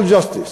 social justice,